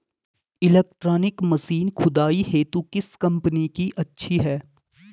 Electronic machine खुदाई हेतु किस कंपनी की अच्छी है?